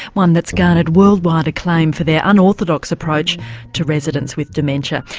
one that's garnered worldwide acclaim for their unorthodox approach to residents with dementia,